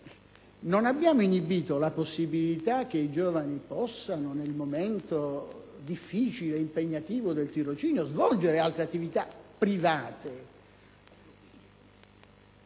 non abbiamo inibito la possibilità che i giovani, nel momento, difficile ed impegnativo, del tirocinio, svolgano altre attività private.